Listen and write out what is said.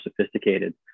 sophisticated